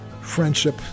friendship